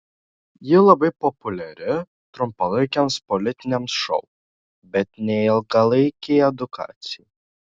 ji labai populiari trumpalaikiams politiniams šou bet ne ilgalaikei edukacijai